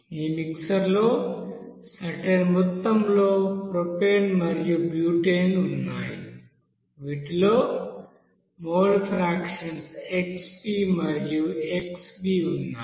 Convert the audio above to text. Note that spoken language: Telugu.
ఈ మిక్సర్ లో సర్టెన్ మొత్తంలో ప్రొపేన్ మరియు బ్యూటేన్ ఉన్నాయి వీటిలో మోల్ ఫ్రాక్షన్స్ Xp మరియు Xb ఉన్నాయి